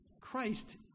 Christ